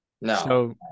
No